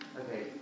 Okay